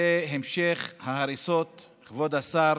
המשך ההריסות, כבוד השר,